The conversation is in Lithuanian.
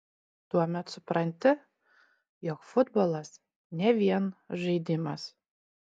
tuomet supranti jog futbolas ne vien žaidimas